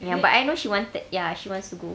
ya but I know she wanted ya she wants to go